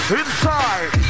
inside